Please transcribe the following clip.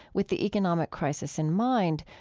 with the economic crisis in mind,